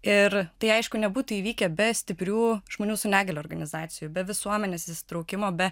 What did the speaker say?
ir tai aišku nebūtų įvykę be stiprių žmonių su negalia organizacijų be visuomenės įsitraukimo be